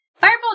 fireball